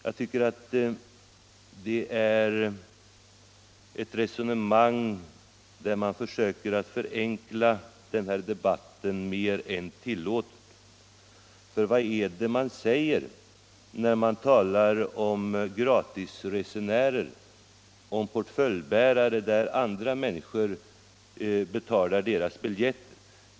Jag tycker att det är att förenkla den här debatten mer än tillåtet. Vad är det man vill säga när man talar om flygresenärerna som portföljbärare och gratisresenärer, som får sina biljetter betalda av andra?